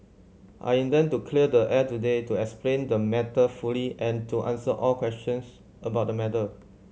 I intend to clear the air today to explain the matter fully and to answer all questions about the matter